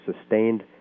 Sustained